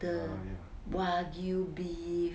的 wagyu beef